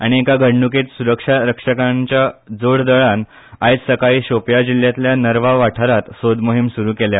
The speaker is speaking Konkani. आनी एका घडणूकेत सुरक्षा रक्षकांच्या जोड दळान आयज सकाळी शोपिया जिल्यातल्या नरवाव वाठांरात सोदमोहीम सूरू केल्या